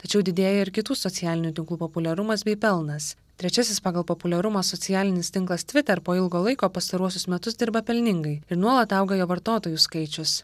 tačiau didėja ir kitų socialinių tinklų populiarumas bei pelnas trečiasis pagal populiarumą socialinis tinklas twitter po ilgo laiko pastaruosius metus dirba pelningai ir nuolat auga jo vartotojų skaičius